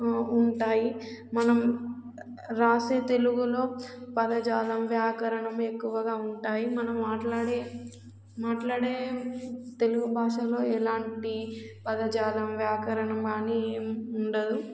ఉంటాయి మనం రాసే తెలుగులో పదజాలం వ్యాకరణం ఎక్కువగా ఉంటాయి మనం మాట్లాడే మాట్లాడే తెలుగు భాషలో ఎలాంటి పదజాలం వ్యాకరణం కానీ ఏం ఉండదు